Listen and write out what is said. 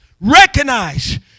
recognize